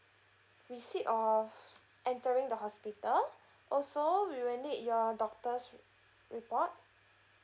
receipt of entering the hospital also we will need your doctor's report